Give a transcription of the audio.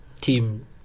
team